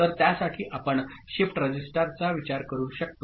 तर त्यासाठी आपण शिफ्ट रजिस्टरचा विचार करू शकतो